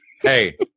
Hey